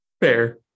Fair